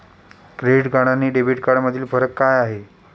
Credit card आणि debit कार्डमधील फरक काय आहे?